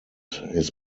his